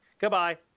Goodbye